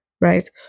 right